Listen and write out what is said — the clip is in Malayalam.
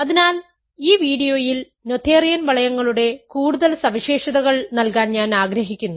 അതിനാൽ ഈ വീഡിയോയിൽ നോഥേറിയൻ വളയങ്ങളുടെ കൂടുതൽ സവിശേഷതകൾ നൽകാൻ ഞാൻ ആഗ്രഹിക്കുന്നു